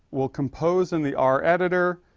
we'll compose in the r editor.